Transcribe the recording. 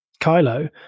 Kylo